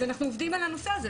אז אנחנו עובדים על הנושא הזה.